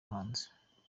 hanze